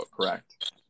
correct